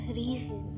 reason